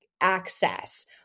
access